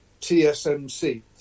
TSMC